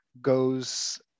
goes